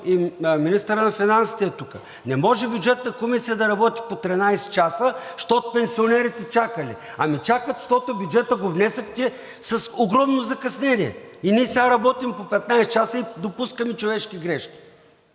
и министърът на финансите е тук. Не може Бюджетната комисия да работи по 13 часа, защото пенсионерите чакали. Ами чакат, защото бюджетът го внесохте с огромно закъснение. И ние сега работим по 15 часа и допускаме човешки грешки.